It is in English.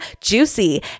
Juicy